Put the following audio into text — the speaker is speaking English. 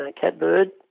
Catbird